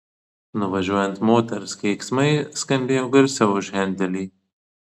nuvažiuojant moters keiksmai skambėjo garsiau už hendelį